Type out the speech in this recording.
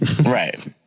Right